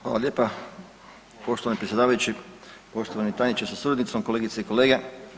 Hvala lijepa, poštovani predsjedavajući, poštovani tajniče sa suradnicom, kolegice i kolege.